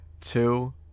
two